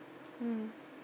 mm